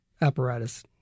apparatus